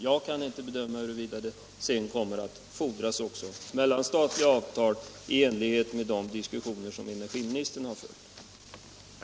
Jag kan inte bedöma huruvida det sedan kommer att fordras även mellanstatliga avtal i enlighet med de diskussioner som energiministern har fört.